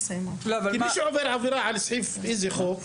מי שעובר עבירה על סעיף באיזה חוק,